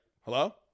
hello